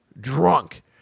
drunk